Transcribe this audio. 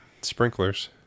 sprinklers